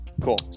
Cool